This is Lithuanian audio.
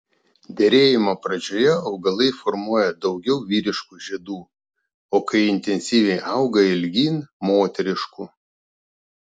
derėjimo pradžioje augalai formuoja daugiau vyriškų žiedų o kai intensyviai auga ilgyn moteriškų